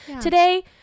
today